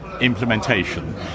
implementation